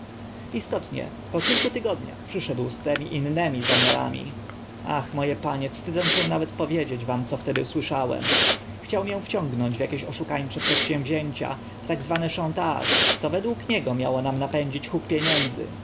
istotnie po kilku tygodniach przyszedł z tymi innymi zamiarami ach mo e panie wstydzę się nawet opowiedzieć wam co wtedy słyszałem chciał mię wciągnąć w akieś oszukańcze przedsięwzięcia w tak zwane chantage co według niego miało nam napędzić huk pieniędzy